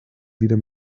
wieder